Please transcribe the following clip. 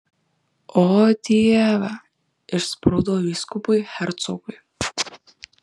o dieve išsprūdo vyskupui hercogui